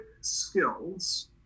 skills